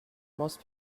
most